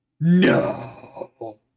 No